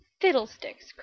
fiddlesticks